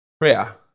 Prayer